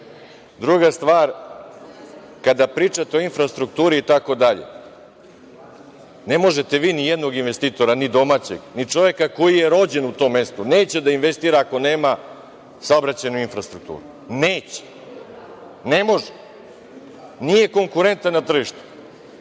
stvar, kada pričate o infrastrukturi itd. ne možete vi ni jednog investitora ni domaćeg, ni čoveka koji je rođen u tom mestu, neće da investira ako nema saobraćajnu infrastrukturu, neće, ne može. Nije konkurentan na tržištu. Kada